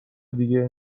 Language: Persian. دیگه